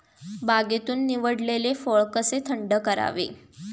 बागेतून निवडलेले फळ कसे थंड करावे?